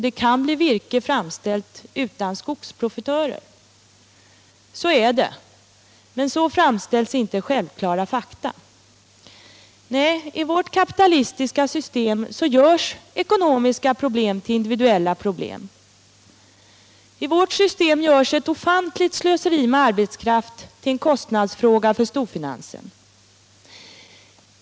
Det kan bli virke framställt utan skogsprofitörer. Så är det, men så framställs inte självklara fakta. Nej, i vårt kapitalistiska system görs ekonomiska problem till individuella problem. I vårt system görs ett ofantligt slöseri med arbetskraft till en kostnadsfråga för storfinansen.